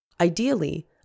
Ideally